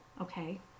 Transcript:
okay